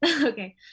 Okay